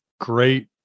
great